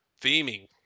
theming